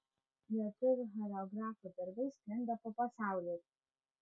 lietuvių choreografų darbai sklinda po pasaulį